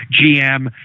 GM